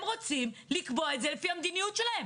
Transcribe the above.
הם רוצים לקבוע את זה לפי המדיניות שלהם.